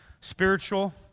Spiritual